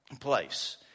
place